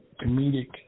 comedic